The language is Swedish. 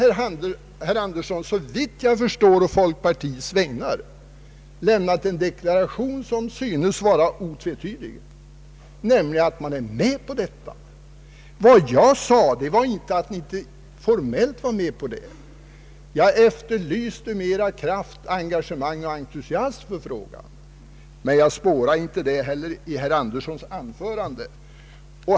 Nu har herr Andersson, å folkpartiets väg nar, såvitt jag förstår, lämnat en deklaration som synes otvetydig, nämligen att man är ense med utskottet i denna fråga. Jag har inte påstått att så inte skulle vara fallet, men jag efterlyse mera engagemang och entusiasm från folkpartiet i frågan. Det kunde jag inte spåra i herr Anderssons anförande.